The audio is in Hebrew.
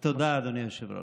תודה, אדוני היושב-ראש.